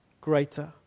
greater